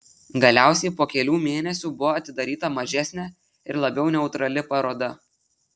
galiausiai po kelių mėnesių buvo atidaryta mažesnė ir labiau neutrali paroda